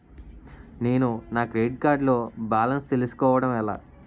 నేను నా credit card లో బాలన్స్ తెలుసుకోవడం ఎలా?